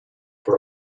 for